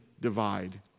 divide